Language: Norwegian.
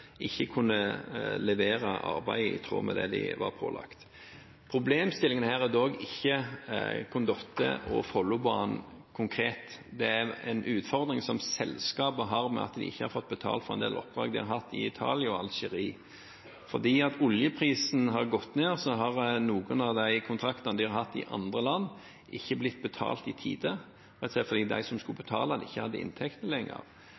ikke kunne levere arbeidet i tråd med det de var pålagt å gjøre. Problemstillingen her er dog ikke Condotte og Follobanen konkret. Det er en utfordring som selskapet har fordi de ikke har fått betalt for en del oppdrag de har hatt i Italia og Algerie. Fordi oljeprisen har gått ned, har noen av de kontraktene de har hatt i andre land, ikke blitt betalt i tide, rett og slett fordi de som skulle betale det, ikke hadde inntekten lenger.